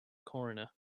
coroner